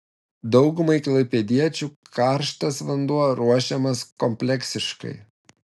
daugumai klaipėdiečių karštas vanduo ruošiamas kompleksiškai